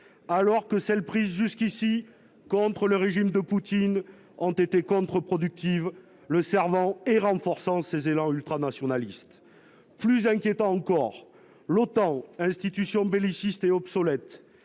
alors que celles prises jusqu'ici contre le régime de Poutine ont été contre-productives, le cerveau et renforçant ses élans ultranationalistes plus inquiétant encore, l'OTAN institution bellicistes et obsolète,